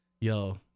yo